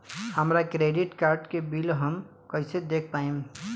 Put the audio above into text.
हमरा credit card के bill हम कइसे देख पाएम?